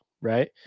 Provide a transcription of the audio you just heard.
right